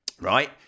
right